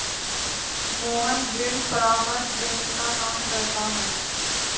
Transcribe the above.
मोहन ऋण परामर्श देने का काम करता है